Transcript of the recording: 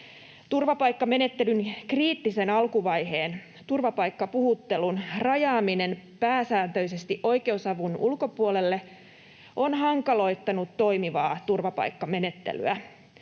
Turvapaikkamenettelyn kriittisen alkuvaiheen, turvapaikkapuhuttelun, rajaaminen pääsääntöisesti oikeusavun ulkopuolelle on hankaloittanut toimivaa turvapaikkamenettelyä.